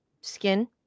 skin